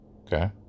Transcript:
Okay